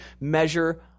measure